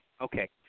Okay